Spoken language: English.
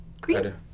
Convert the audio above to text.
Green